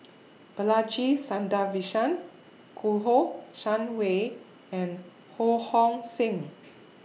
Balaji Sadasivan Kouo Shang Wei and Ho Hong Sing